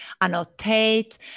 annotate